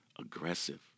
aggressive